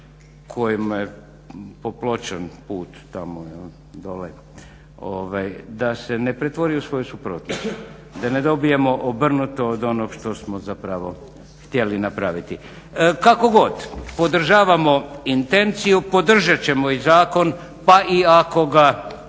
kojom je popločen put tamo dolje, da se ne pretvori u svoju suprotnost, da ne dobijemo obrnuto od onog što smo zapravo htjeli napraviti. Kako god, podržavamo intenciju, podržat ćemo i zakon pa i ako Vlada